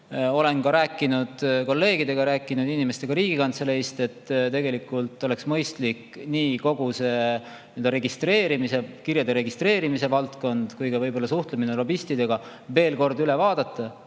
Olen rääkinud kolleegidega, olen rääkinud inimestega Riigikantseleist, et tegelikult oleks mõistlik kogu see kirjade registreerimise valdkond ja võib-olla ka suhtlemine lobistidega veel kord üle vaadata,